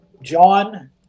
John